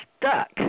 stuck